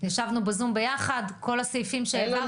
ישבנו בזום ביחד, כל הסעיפים שהעברתם.